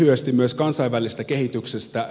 lyhyesti myös kansainvälisestä kehityksestä